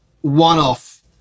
one-off